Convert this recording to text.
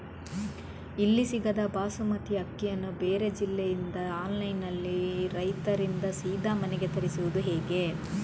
ಇಲ್ಲಿ ಸಿಗದ ಬಾಸುಮತಿ ಅಕ್ಕಿಯನ್ನು ಬೇರೆ ಜಿಲ್ಲೆ ಇಂದ ಆನ್ಲೈನ್ನಲ್ಲಿ ರೈತರಿಂದ ಸೀದಾ ಮನೆಗೆ ತರಿಸುವುದು ಹೇಗೆ?